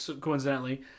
coincidentally